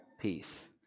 peace